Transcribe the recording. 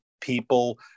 people